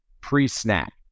pre-snap